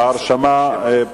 שרוצים להירשם, ההרשמה פתוחה.